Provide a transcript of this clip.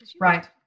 Right